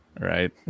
right